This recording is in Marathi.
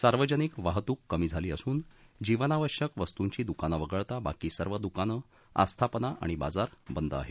सार्वजनिक वाहतूक कमी झाली असून जीवनाश्यक वस्तूची दुकानं वगळता बाकी सर्व दुकानं आस्थापना आणि बाजार बंद आहेत